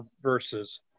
verses